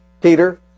Peter